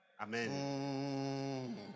Amen